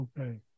Okay